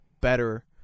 better